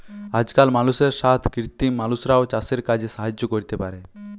আজকাল মালুষের সাথ কৃত্রিম মালুষরাও চাসের কাজে সাহায্য ক্যরতে পারে